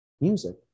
music